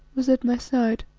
was at my side.